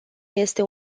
este